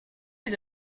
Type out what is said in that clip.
les